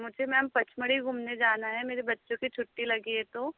मुझे मैम पचमढ़ी घूमने जाना है मेरे बच्चों की छुट्टी लगी है तो